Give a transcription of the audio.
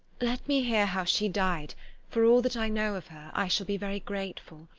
let me hear how she died for all that i know of her, i shall be very grateful.